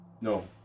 No